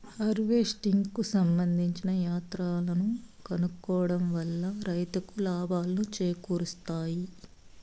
harvesting కు సంబందించిన యంత్రాలను కొనుక్కోవడం వల్ల రైతులకు లాభాలను చేకూరుస్తాయి